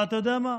אבל אתה יודע מה?